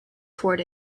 toward